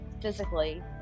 physically